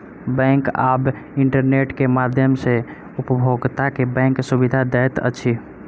bank आब internet के माध्यम सॅ उपभोगता के बैंक सुविधा दैत अछि